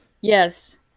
Yes